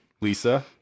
Lisa